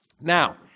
Now